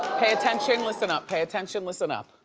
pay attention, listen up. pay attention, listen up.